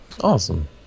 Awesome